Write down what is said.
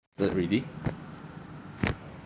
start ready